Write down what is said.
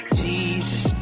jesus